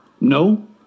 No